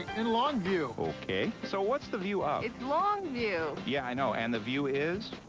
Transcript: in longview! o-kay. so what's the view out? it's longview! yeah, i know. and the view is?